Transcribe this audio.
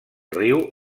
riu